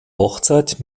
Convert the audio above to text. hochzeit